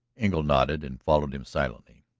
engle nodded and followed him silently.